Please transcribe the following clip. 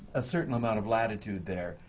a certain amount of latitude there,